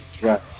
Right